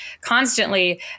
constantly